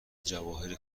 جواهر